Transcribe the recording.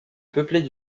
peuplée